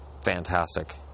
fantastic